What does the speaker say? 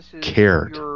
cared